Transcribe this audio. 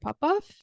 Popoff